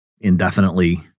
indefinitely